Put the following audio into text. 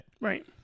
right